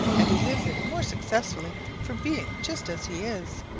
and he lives it more successfully for being just as he is.